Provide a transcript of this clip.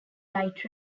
light